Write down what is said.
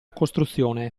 costruzione